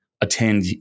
attend